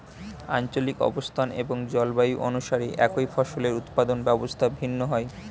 আঞ্চলিক অবস্থান এবং জলবায়ু অনুসারে একই ফসলের উৎপাদন ব্যবস্থা ভিন্ন হয়